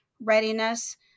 readiness